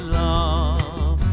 love